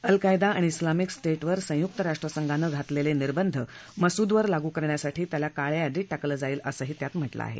अल Qaeda आणि Islamic स्टेटवर संयुक्त राष्ट्रसंघानं घातलेले निर्बंध मसूदवर लागू करण्यासाठी त्याला काळया यादीत टाकलं जाईल असंही त्यात म्हटलं आहे